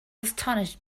astonished